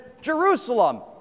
Jerusalem